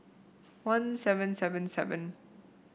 one seven seven seven